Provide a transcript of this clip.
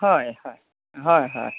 হয় হয় হয় হয়